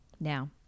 Now